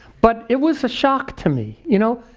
but it was a shock to me, you know.